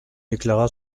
déclara